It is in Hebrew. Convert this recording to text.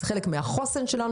זה גם חלק מהחוסן שלנו.